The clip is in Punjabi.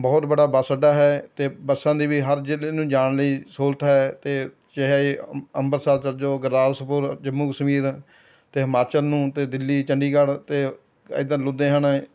ਬਹੁਤ ਬੜਾ ਬੱਸ ਅੱਡਾ ਹੈ ਅਤੇ ਬੱਸਾਂ ਦੀ ਵੀ ਹਰ ਜ਼ਿਲ੍ਹੇ ਨੂੰ ਜਾਣ ਲਈ ਸਹੂਲਤ ਹੈ ਅਤੇ ਚਾਹੇ ਅੰਮ੍ਰਿਤਸਰ ਚਲੇ ਜੋ ਗੁਰਦਾਸਪੁਰ ਜੰਮੂ ਕਸ਼ਮੀਰ ਅਤੇ ਹਿਮਾਚਲ ਨੂੰ ਅਤੇ ਦਿੱਲੀ ਚੰਡੀਗੜ੍ਹ ਅਤੇ ਇੱਧਰ ਲੁਧਿਆਣੇ